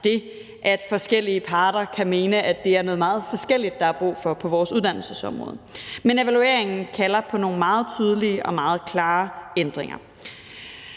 det, at forskellige parter kan mene, at det er noget meget forskelligt, der er brug for på vores uddannelsesområde. Evalueringen kalder på nogle meget tydelige og meget klare ændringer,